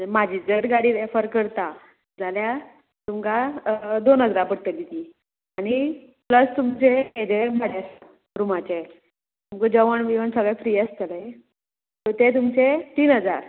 आनी म्हजी जर गाडी रेफर करता जाल्यार तुमकां दोन हजारा पडटली ती आनी प्लस तुमचे हाजे म्हजे रुमाचे तुमकां जेवण बिवण सगळे फ्री आसतले सो ते तुमचे तीन हजार